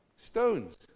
stones